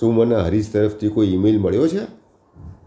શું મને હરીશ તરફથી કોઈ ઈમેલ મળ્યો છે